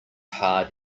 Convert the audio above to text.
hard